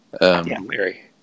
Larry